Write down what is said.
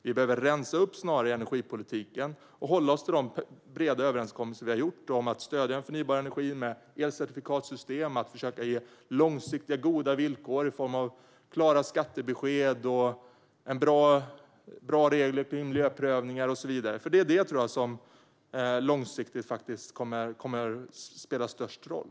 Vi behöver snarare rensa upp i energipolitiken och hålla oss till de breda överenskommelser som har gjorts om att stödja förnybar energi med elcertifikatssystem, långsiktiga goda villkor i form av klara skattebesked, bra regler för miljöprövningar och så vidare. De kommer långsiktigt att spela störst roll.